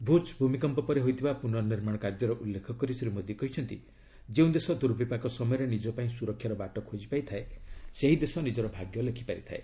ଭୁଜ୍ ଭୂମିକମ୍ପ ପରେ ହୋଇଥିବା ପୁନନିର୍ମାଣ କାର୍ଯ୍ୟର ଉଲ୍ଲେଖ କରି ଶ୍ରୀ ମୋଦୀ କହିଛନ୍ତି ଯେଉଁ ଦେଶ ଦୁର୍ବିପାକ ସମୟରେ ନିଜ ପାଇଁ ସୁରକ୍ଷାର ବାଟ ଖୋକି ପାଇଥାଏ ସେହି ଦେଶ ନିଜର ଭାଗ୍ୟ ଲେଖିପାରିଥାଏ